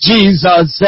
Jesus